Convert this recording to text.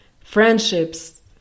friendships